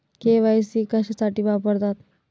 KYC कशासाठी वापरतात?